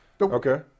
Okay